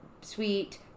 sweet